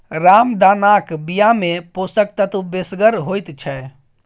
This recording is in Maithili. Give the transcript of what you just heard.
रामदानाक बियामे पोषक तत्व बेसगर होइत छै